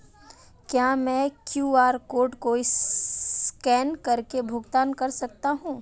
क्या मैं QR code को स्कैन करके भुगतान कर सकता हूं?